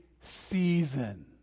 season